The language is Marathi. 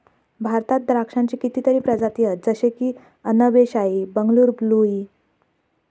भारतात द्राक्षांची कितीतरी प्रजाती हत जशे की अनब ए शाही, बंगलूर ब्लू ई